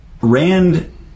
Rand